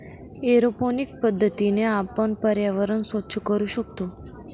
aeroponic पद्धतीने आपण पर्यावरण स्वच्छ करू शकतो